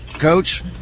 Coach